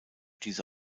diese